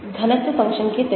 घनत्व फंक्शन के तरीके